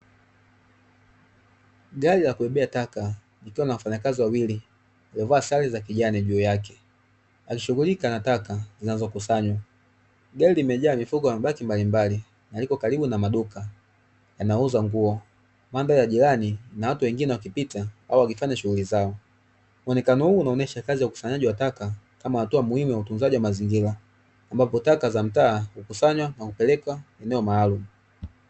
Gari la kubebea taka likiwa na wafanyakazi wawili waliovaa sare za kijani juu yake, wakishighulika na taka zinazokusanywa. Gari limajaa mifuko ya mabaki mbalimbali, na liko karibu na maduka yanayouza nguo. Mandhari ya jirani ina watu wengine wakipita au wakifanya shughuli zao. Muonekano huu unaonyesha kazi ya ukusanyaji wa taka kama hatua muhimu ya utunzaji wa mazingira, ambapo taka za mtaa hukusanywa na hupelekwa eneo maalumu.